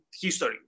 history